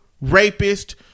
rapist